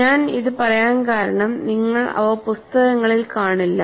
ഞാൻ ഇത് പറയാൻ കാരണം നിങ്ങൾ അവ പുസ്തകങ്ങളിൽ കാണില്ല